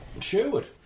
Sherwood